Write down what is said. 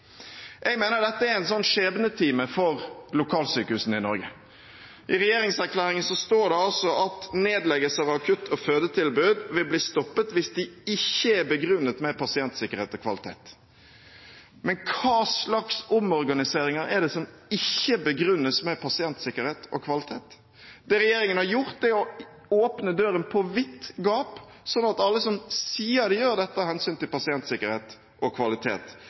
Jeg mener at dette er en skjebnetime for lokalsykehusene i Norge. I regjeringserklæringen står det at nedleggelser av akutt- og fødetilbud vil bli stoppet «hvis det ikke er begrunnet med pasientsikkerhet og kvalitet». Men hva slags omorganiseringer er det som ikke begrunnes med pasientsikkerhet og kvalitet? Det regjeringen har gjort, er å åpne døren på vidt gap, slik at alle som sier de gjør dette av hensyn til pasientsikkerhet og kvalitet,